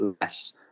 less